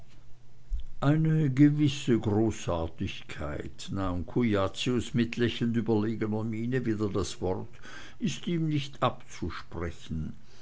eine gewisse großartigkeit nahm cujacius mit lächelnd überlegener miene wieder das wort ist ihm nicht abzusprechen